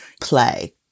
play